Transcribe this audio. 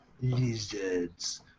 lizards